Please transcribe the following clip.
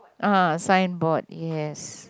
ah signboard yes